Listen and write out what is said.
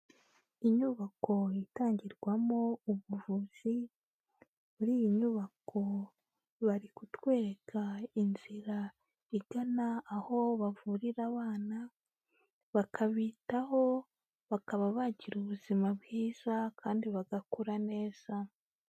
Inyubako itangirwamo ubuvuzi, muri iyi nyubako bari kutwereka inzira igana aho bavurira abana, bakabitaho, bakaba bagira ubuzima bwiza kandi bagakura neza.